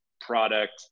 product